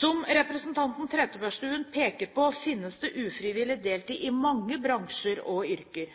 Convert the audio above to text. Som representanten Trettebergstuen peker på, finnes det ufrivillig deltid i mange bransjer og yrker.